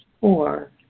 Four